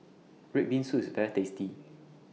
Red Bean Soup IS very tasty